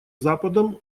западом